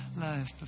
life